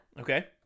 Okay